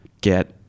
get